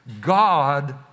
God